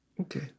Okay